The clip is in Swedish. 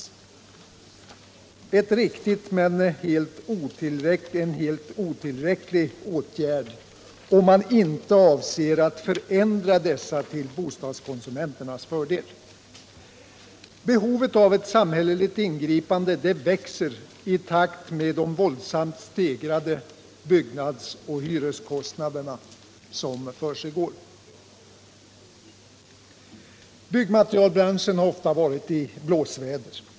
Det är en riktig men helt otillräcklig åtgärd, om man avser att förändra förhållandena till bostadskonsumenternas fördel. Behovet av ett samhälleligt ingripande växer i takt med den våldsamma stegringen av byggnadsoch hyreskostnaderna. Byggmaterialbranschen har ofta varit i blåsväder.